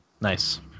Nice